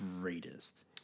greatest